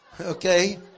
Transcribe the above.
Okay